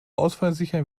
ausfallsicher